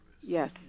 yes